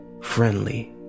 friendly